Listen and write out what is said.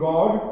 God